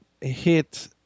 hit